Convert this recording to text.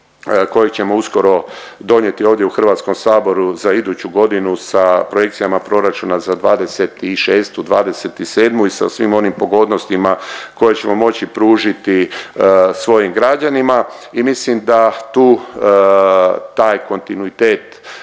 kojeg ćemo uskoro donijeti ovdje u HS-u za iduću godinu sa projekcijama proračuna za '26.-'27. i sa svim onim pogodnostima koje ćemo moći pružiti svojim građanima i mislim da tu, taj kontinuitet